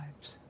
lives